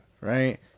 Right